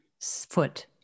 foot